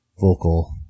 vocal